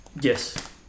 Yes